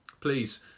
please